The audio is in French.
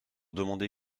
demander